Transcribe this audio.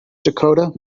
dakota